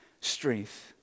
strength